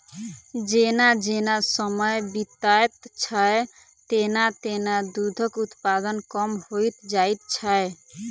जेना जेना समय बीतैत छै, तेना तेना दूधक उत्पादन कम होइत जाइत छै